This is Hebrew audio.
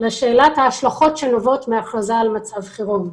אני רוצה לחזור לשאלת ההשלכות שנובעות מההכרזה על מצב חירום.